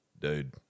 Dude